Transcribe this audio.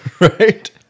Right